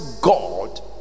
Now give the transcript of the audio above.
God